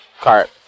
cart